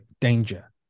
danger